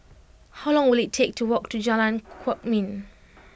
how long will it take to walk to Jalan Kwok Min